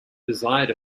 desired